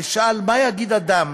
אשאל: מה יגיד אדם